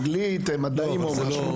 אנגלית או מדעים.